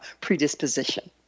predisposition